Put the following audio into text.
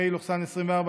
פ/3120/24,